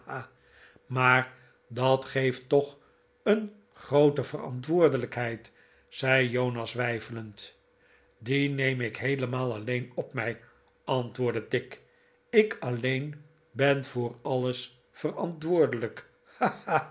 maar dat geeft toch een groote verantwoordelijkheid zei jonas weifelend die neem ik heelemaal alleen op mij antwoordde tigg ik alleen ben voor alles verantwoordelijk